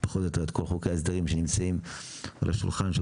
כל חוקי ההסדרים שנמצאים על השולחן של